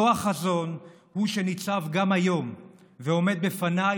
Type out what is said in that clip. אותו החזון הוא שניצב גם היום ועומד לפניי